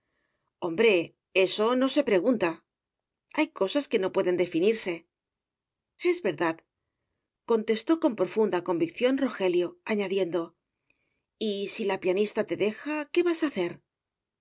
hombre eso no se pregunta hay cosas que no pueden definirse es verdad contestó con profunda convicción rogelio añadiendo y si la pianista te deja qué vas a hacer